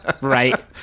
Right